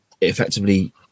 Effectively